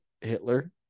Hitler